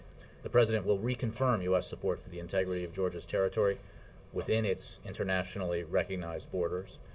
the president will reconfirm u s. support for the integrity of georgia's territory within its internationally recognized borders.